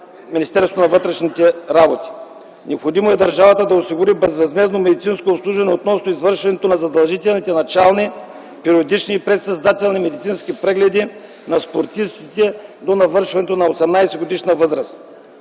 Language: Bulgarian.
Министерството на вътрешните работи. Необходимо е държавата да осигури безвъзмездно медицинско обслужване относно извършването на задължителните начални, периодични и предсъстезателни медицински прегледи на спортистите до навършването на 18-годишна възраст.